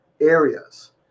areas